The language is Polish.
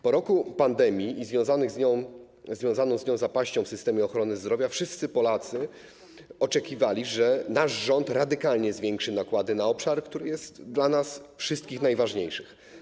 Po roku pandemii i związanej z nią zapaści w systemie ochrony zdrowia wszyscy Polacy oczekiwali, że nasz rząd radykalnie zwiększy nakłady na obszar, który jest dla nas wszystkich najważniejszy.